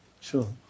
Sure